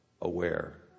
aware